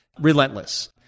Relentless